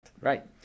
Right